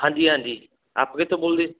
ਹਾਂਜੀ ਹਾਂਜੀ ਆਪ ਕਿੱਥੋਂ ਬੋਲਦੇ